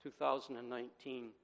2019